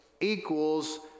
equals